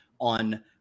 on